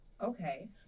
Okay